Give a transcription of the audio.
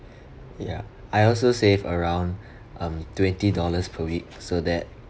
okay ya I also save around um twenty dollars per week so that